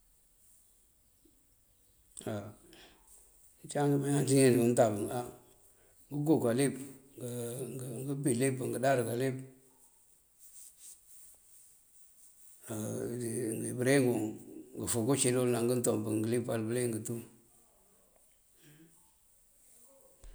ngëncáam ngimengi ngënţinjëngël, dí ngëëntamb ngokáaka líp ngëëmpí líp, ngëëndarëka líp ngii bëreŋun: ngëëfuugu círil, dina ngëëtuump bëliyeng tu.